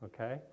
okay